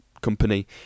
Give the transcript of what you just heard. company